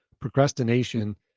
Procrastination